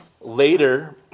Later